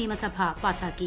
നിയമസഭ പാസാക്കി